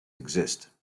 exist